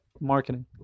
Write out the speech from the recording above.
marketing